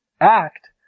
act